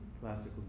Classical